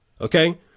okay